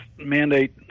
mandate